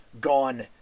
gone